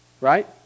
Right